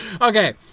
Okay